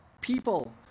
people